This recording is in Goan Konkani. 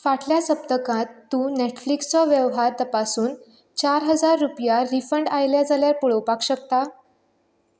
फाटल्या सप्तकांत तूं नॅटफ्लिक्स च्या वेव्हार तपासून चार हजार रुपया रिफंड आयल्या जाल्यार पळोवपाक शकता